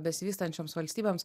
besivystančioms valstybėms